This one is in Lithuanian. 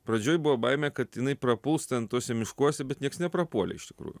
pradžioj buvo baimė kad jinai prapuls ten tuose miškuose bet nieks neprapuolė iš tikrųjų